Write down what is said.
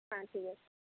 হ্যাঁ ঠিক আছে